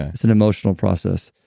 it's an emotional process.